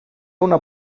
una